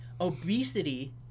obesity